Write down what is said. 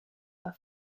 are